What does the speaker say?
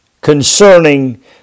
concerning